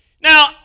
Now